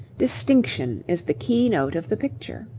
distinction is the key-note of the picture.